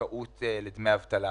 משמעותית של דמי אבטלה.